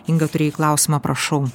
inga turėjai klausimą prašau